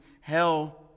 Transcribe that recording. hell